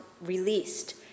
released